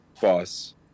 boss